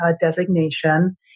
designation